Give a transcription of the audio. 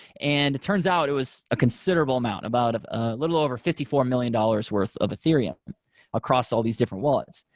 and it turns out it was a considerable amount, about a little over fifty four million dollars' worth of ethereum across all these different wallets.